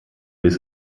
biss